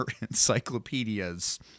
encyclopedias